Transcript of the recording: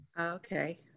Okay